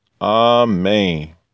Amen